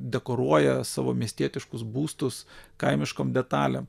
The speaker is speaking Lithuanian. dekoruoja savo miestietiškus būstus kaimiškom detalėm